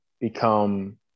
become